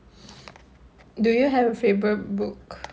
do you have a favorite book